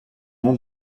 nom